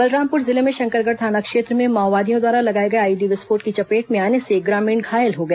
बलरामपुर जिले में शकरगढ़ थाना क्षेत्र में माओवादियों द्वारा लगाए गए आईईडी विस्फोट की चपेट में आने से एक ग्रामीण घायल हो गया